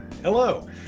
Hello